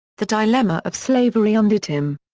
the dilemma of slavery undid him.